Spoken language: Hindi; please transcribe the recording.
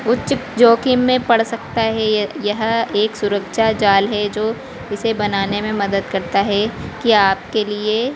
उच्च जोखिम में पड़ सकता है यह एक सुरक्षा जाल है जो इसे बनाने में मदद करता है कि आपके लिए